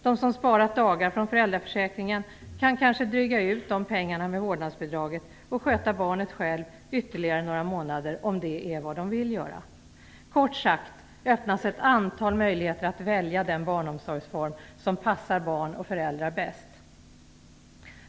De som sparat dagar från föräldraförsäkringen kan kanske dryga ut pengarna med vårdnadsbidraget och sköta barnet själva ytterligare några månader, om det är vad de vill göra. Kort sagt öppnas ett antal möjligheter att välja den barnomsorgsform som passar barn och föräldrar bäst.